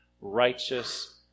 righteous